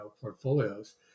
portfolios